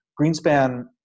Greenspan